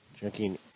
Checking